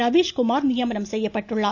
ரவீஷ்குமார் நியமனம் செய்யப்பட்டுள்ளார்